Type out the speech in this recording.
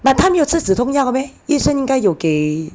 but 她没有吃止痛药 meh 医生应该有给